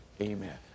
amen